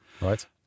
Right